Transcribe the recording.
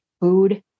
food